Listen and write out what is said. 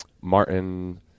martin